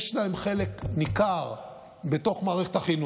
יש להם חלק ניכר בתוך מערכת החינוך,